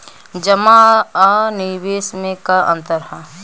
जमा आ निवेश में का अंतर ह?